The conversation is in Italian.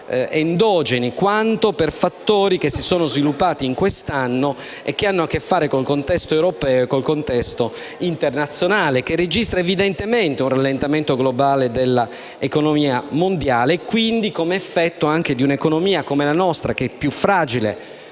endogeni, quanto per fattori che si sono sviluppati quest'anno e che hanno a che fare con il contesto europeo e internazionale che registra evidentemente un rallentamento globale dell'economia mondiale, i cui effetti, su un'economia come la nostra che è più fragile